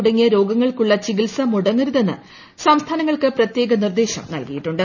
തുടങ്ങിയ രോഗങ്ങൾക്കുള്ള ചികിത്സ മുടങ്ങരുതെന്ന് സംസ്ഥാനങ്ങൾക്ക് പ്രത്യേകം നിർദ്ദേശം നൽകിയിട്ടുണ്ട്